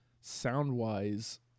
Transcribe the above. Sound-wise